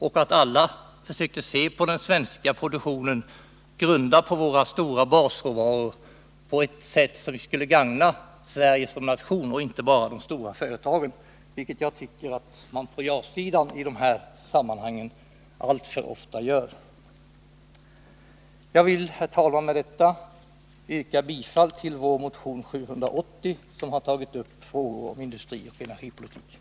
Alla borde försöka se på den svenska produktionen, grundad på våra stora basråvaror, på ett sätt som gagnar Sverige som nation och inte bara de stora företagen, vilket jag tycker att man på ja-sidan alltför ofta gör i de här sammanhangen. Herr talman! Jag vill med detta yrka bifall till vår motion 780, där vi har tagit upp frågor om industrioch energipolitiken.